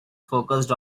focused